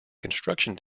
construction